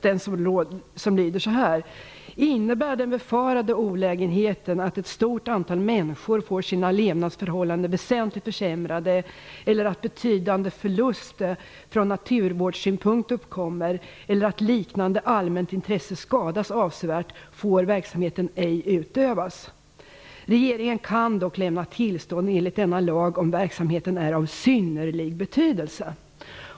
Den lyder så här: "Innebär den befarade olägenheten att ett stort antal människor får sina levnadsförhållanden väsentligt försämrade eller att betydande förlust från naturvårdssynpunkt uppkommer eller att liknande allmänt intresse skadas avsevärt, får verksamheten ej utövas. Regeringen kan dock lämna tillstånd enligt denna lag, om verksamheten är av synnerlig betydelse -".